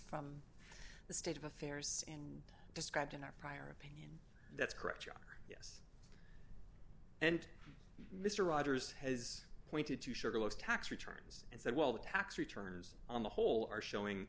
from the state of affairs and described in our prior opinion that's correct your honor and mr rogers has pointed to shirley's tax returns and said well the tax returns on the whole are showing